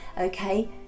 okay